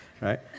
Right